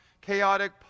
chaotic